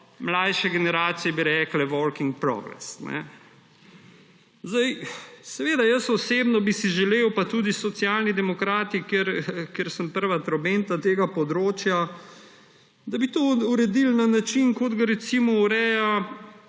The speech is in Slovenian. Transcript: Mlajše generacije bi rekle: »Work in progress.« Jaz osebno bi si želel, pa tudi Socialni demokrati, kjer sem prva trobenta tega področja, da bi to uredili na način, kot ga recimo ureja